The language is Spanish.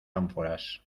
ánforas